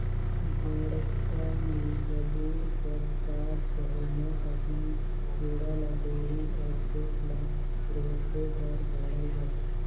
ढोड़गा मे बबूर कर डार चहे मोट अकन गेड़ा ल डोली अउ खेत ल रूधे बर गाड़ल जाथे